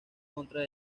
contra